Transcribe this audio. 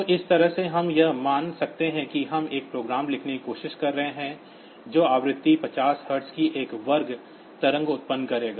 तो इस तरह से हम यह मान सकते हैं कि हम एक प्रोग्राम लिखने की कोशिश कर रहे हैं जो आवृत्ति 50 हर्ट्ज की एक वर्ग तरंग उत्पन्न करेगा